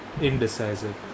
indecisive